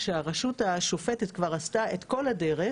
כשהרשות השופטת כבר עשתה את כל הדרך